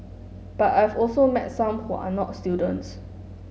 but I've also met some who are not students